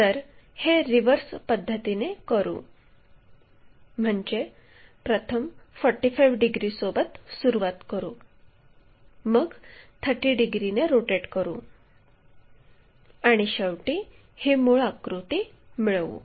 तर हे रिवर्स पद्धतीने करू म्हणजे प्रथम 45 डिग्रीसोबत सुरुवात करू मग 30 डिग्रीने रोटेट करू आणि शेवटी ही मूळ आकृती मिळवू